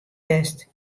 west